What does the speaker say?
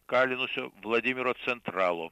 kalinusio vladimiro centralo